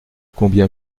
combien